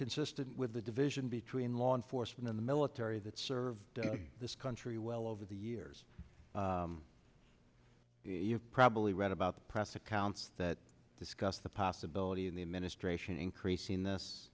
consistent with the division between law enforcement in the military that served this country well over the years you've probably read about press accounts that discuss the possibility of the administration increasing this